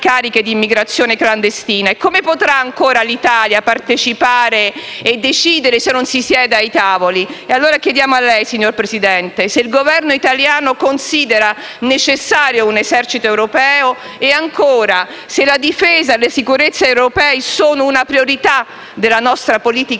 cariche di immigrazione clandestina? E come potrà ancora l'Italia partecipare e decidere se non si siede ai tavoli? Chiediamo a lei, signor Presidente del Consiglio, se il Governo italiano considera necessario un esercito europeo e se la difesa e la sicurezza europee sono una priorità della nostra politica